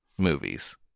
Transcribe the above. movies